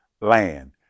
land